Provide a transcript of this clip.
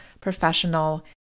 professional